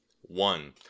One